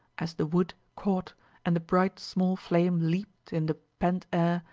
as the wood caught and the bright small flame leaped in the pent air,